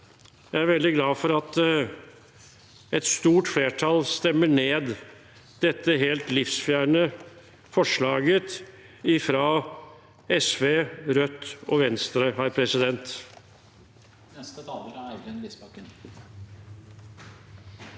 Jeg er veldig glad for at et stort flertall stemmer ned dette helt livsfjerne forslaget fra SV, Rødt og Venstre.